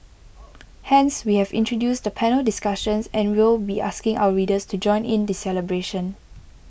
hence we have introduced the panel discussions and will be asking our readers to join in the celebration